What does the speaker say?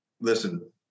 Listen